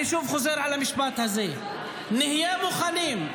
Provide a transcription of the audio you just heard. אני שוב חוזר על המשפט הזה: נהיה מוכנים,